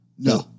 No